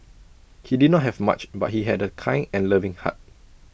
he did not have much but he had A kind and loving heart